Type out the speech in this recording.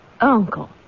Uncle